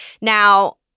Now